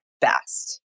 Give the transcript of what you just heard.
best